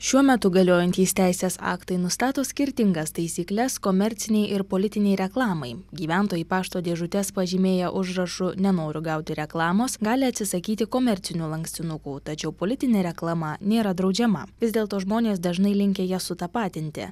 šiuo metu galiojantys teisės aktai nustato skirtingas taisykles komercinei ir politinei reklamai gyventojai pašto dėžutes pažymėję užrašu nenoriu gauti reklamos gali atsisakyti komercinių lankstinukų tačiau politinė reklama nėra draudžiama vis dėlto žmonės dažnai linkę jas sutapatinti